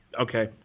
okay